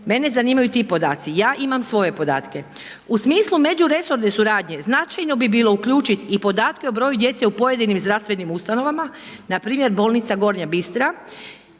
mene zanimaju ti podaci. Ja imam svoje podatke. U smislu međuresorne suradnje, značajno bi bilo uključiti i podatke o broju djece u pojedinim zdravstvenim ustanovama npr. Bolnica Gornja Bistra